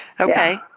okay